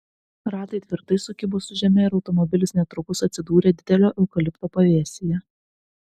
ratai tvirtai sukibo su žeme ir automobilis netrukus atsidūrė didelio eukalipto pavėsyje